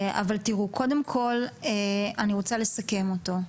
אבל תראו, קודם כל אני רוצה לסכם אותו.